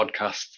podcasts